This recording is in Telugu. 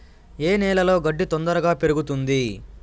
ఏ నేలలో గడ్డి తొందరగా పెరుగుతుంది